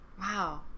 wow